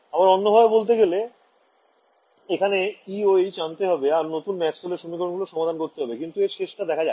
আবার অন্যভাবে বলতে গেলে এখানে e ও h আনতে হবে আর নতুন ম্যাক্সওয়েল এর সমীকরণগুলো সমাধান করতে হবে কিন্তু এর শেষটা দেখা যাক